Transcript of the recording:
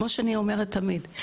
כמו שאני אומרת תמיד,